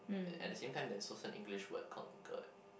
at the same time there's also an English word called gird